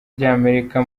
ry’amerika